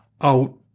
out